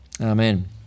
Amen